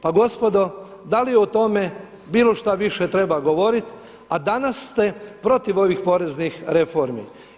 Pa gospodo, da li o tome bilo što više govoriti, a danas ste protiv ovih poreznih reformi.